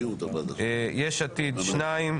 יש עתיד שניים,